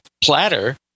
platter